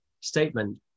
statement